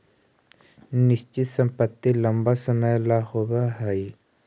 निश्चित संपत्ति लंबा समय ला होवऽ हइ